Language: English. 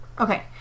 Okay